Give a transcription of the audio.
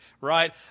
Right